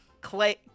Clay